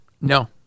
No